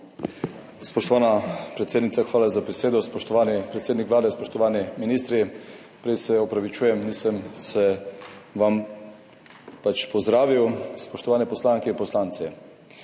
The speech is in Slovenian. Spoštovana predsednica, hvala za besedo. Spoštovani predsednik Vlade, spoštovani ministri! Se opravičujem, prej vas nisem pozdravil. Spoštovane poslanke in poslanci!